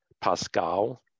Pascal